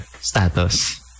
status